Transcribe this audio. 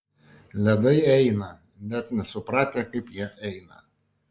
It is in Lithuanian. ledai eina net nesupratę kaip jie eina